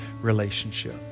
relationship